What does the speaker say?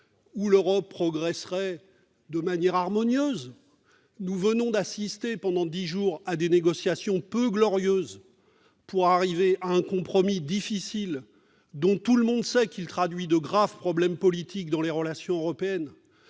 où l'Europe progresserait de manière harmonieuse. Au cours des dix derniers jours, nous avons assisté à des négociations peu glorieuses pour arriver à un compromis difficile, dont tout le monde sait qu'il traduit de graves problèmes politiques dans les relations européennes.